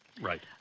right